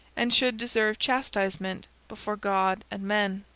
and should deserve chastisement before god and men.